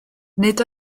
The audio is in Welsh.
nid